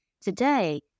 today